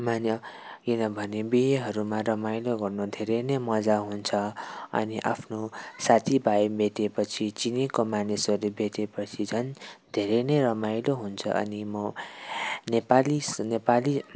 माने किनभने बिहेहरूमा रमाइलो गर्नु धेरै नै मजा आउँछ अनि आफ्नो साथीभाइ भेटे पछि चिनेको मानिसहरूले भेटे पछि झन् धेरै नै रमाइलो हुन्छ अनि म नेपालीस् नेपाली